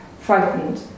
Frightened